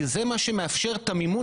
כי זה מה שמאפשר את המימון,